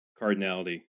cardinality